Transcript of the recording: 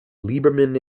lieberman